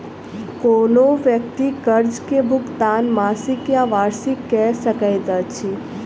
कोनो व्यक्ति कर्ज के भुगतान मासिक या वार्षिक कअ सकैत अछि